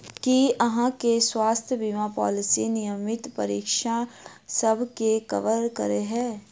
की अहाँ केँ स्वास्थ्य बीमा पॉलिसी नियमित परीक्षणसभ केँ कवर करे है?